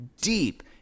deep